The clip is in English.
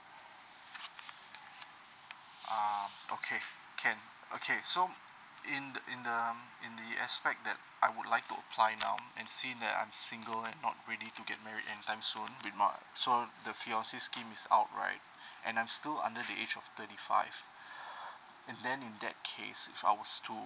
ah okay can okay so in in the in the aspect that I would like to apply now and seeing that I'm single and not ready to get married any time soon with my so the fiance scheme is out right and I'm still under the age of thirty five then in that case if I was to